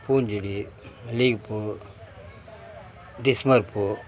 பூஞ்செடி மல்லிகைப்பூ டிசம்பர் பூ